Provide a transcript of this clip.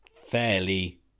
fairly